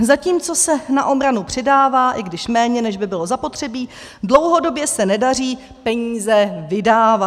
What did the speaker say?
Zatímco se na obranu přidává, i když méně, než by bylo zapotřebí, dlouhodobě se nedaří peníze vydávat.